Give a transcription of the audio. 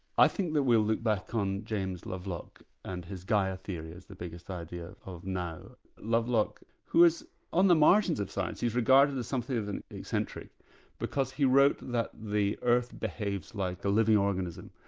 i think we'll look back on james lovelock and his gaia theory as the biggest idea of now. lovelock, who is on the margins of science, he's regarded as something of an eccentric because he wrote that the earth behaves like a living organism.